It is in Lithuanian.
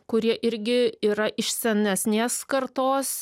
kurie irgi yra iš senesnės kartos